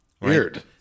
Weird